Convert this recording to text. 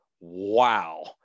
wow